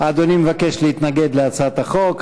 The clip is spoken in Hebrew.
אדוני מבקש להתנגד להצעת החוק.